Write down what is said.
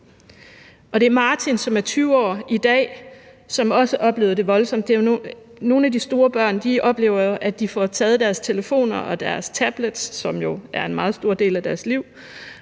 Og det er Martin, som er 20 år i dag, som også oplevede det voldsomt. Nogle af de store børn oplever jo, at de får taget deres telefoner og deres tablets, hvilket jo er en meget stor del af deres liv,